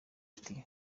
ati